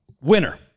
winner